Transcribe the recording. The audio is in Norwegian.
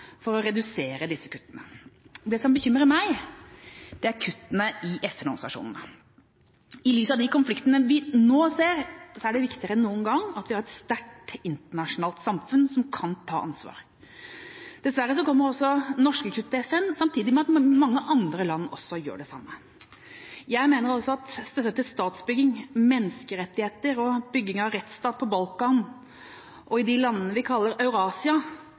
for å redusere disse kuttene. Det som bekymrer meg, er kuttene til FN-organisasjonene. I lys av de konfliktene vi nå ser, er det viktigere enn noen gang at vi har et sterkt internasjonalt samfunn som kan ta ansvar. Dessverre kommer norske kutt til FN samtidig som mange andre land gjør det samme. Jeg mener også at kuttene til statsbygging, menneskerettigheter og bygging av rettsstat på Balkan og til de landene vi kaller